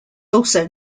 also